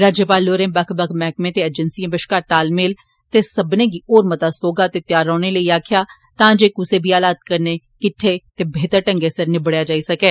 राज्यपाल होरें बक्ख बक्ख मैहकमें ते अर्जैंसिएं बश्कार तालमेल ते सब्बै गी होर मता सौहगा ते त्यार रौहने लेई आक्खेया तां जे कुसै बी हालात कन्नै किट्टे ते बेहतर ढगै सिर निबडेया जाई सकै